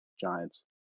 Giants